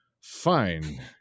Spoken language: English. Fine